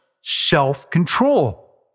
self-control